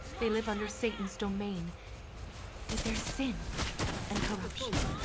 they live under satan's domain with their sin and corruption.